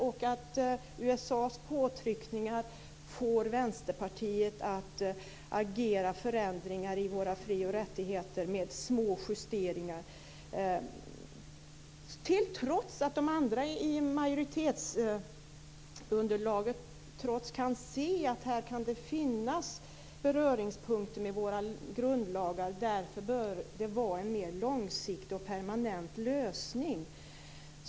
USA:s påtryckningar får Vänsterpartiet att agera för ändringar i våra frioch rättigheter med små justeringar. Detta trots att de andra i majoritetsunderlaget kan se att det här kan finnas beröringspunkter med våra grundlagar. Därför bör det vara en mer långsiktig och permanent lösning.